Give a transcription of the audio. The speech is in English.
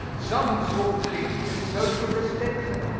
some have sought peace in social distinction,